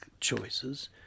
choices—